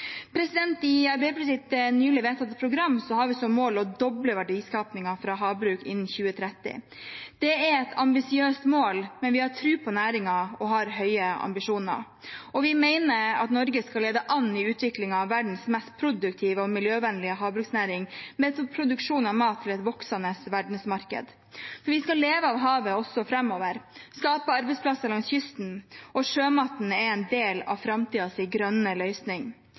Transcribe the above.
I Arbeiderpartiets nylig vedtatte program har vi som mål å doble verdiskapningen fra havbruk innen 2030. Det er et ambisiøst mål, men vi har tro på næringen og har høye ambisjoner. Vi mener at Norge skal lede an i utviklingen av verdens mest produktive og miljøvennlige havbruksnæring, med produksjon av mat til et voksende verdensmarked, for vi skal leve av havet også framover, skape arbeidsplasser langs kysten, og sjømaten er en del av framtidens grønne løsning.